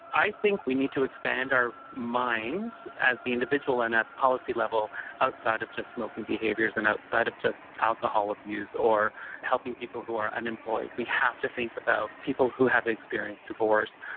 i think we need to expand our minds at the individual and at the policy level outside of just smoking behaviours and outside of just alcohol abuse or helping people who are unemployed. we have to think about people who have experienced divorce,